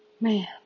Man